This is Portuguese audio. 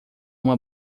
uma